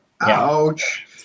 Ouch